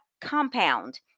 compound